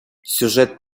сюжет